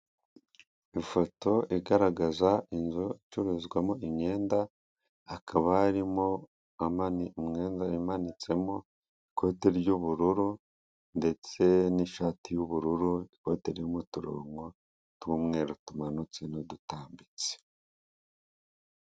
Ifoto igaragaza inzu icuruzwamo imyenda hakaba harimo umyenda imanitsemo, ikote ry'ubururu ndetse n'ishati y'ubururu ikote ririmo uturongo tw'umweru tumanutse n'udutambitse.